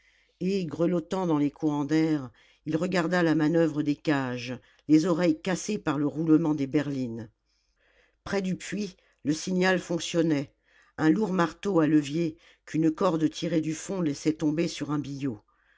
et grelottant dans les courants d'air il regarda la manoeuvre des cages les oreilles cassées par le roulement des berlines près du puits le signal fonctionnait un lourd marteau à levier qu'une corde tirée du fond laissait tomber sur un billot